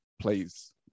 plays